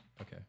Okay